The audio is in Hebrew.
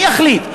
מי יחליט?